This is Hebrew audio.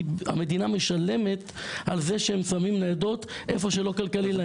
כי המדינה משלמת על זה שהם שמים ניידות איפה שלא כלכלי להם.